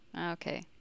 Okay